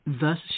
thus